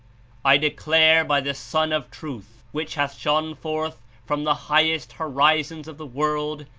i declare by the sun of truth, which hath shone forth from the highest horizons of the world,